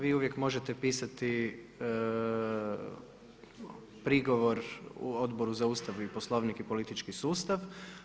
Vi uvijek možete pisati prigovor u Odboru za Ustav, Poslovnik i politički sustav.